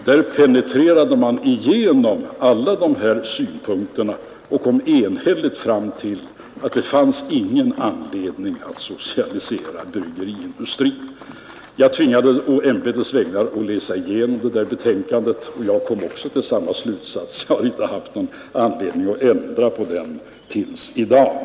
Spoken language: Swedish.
Där penetrerade man alla dessa synpunkter och kom enhälligt fram till att det fanns ingen anledning att socialisera bryggeriindustrin. Jag tvingades å ämbetets vägnar läsa igenom betänkandet, och jag kom till samma slutsats. Jag har inte haft någon anledning att ändra den till i dag.